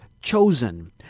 Chosen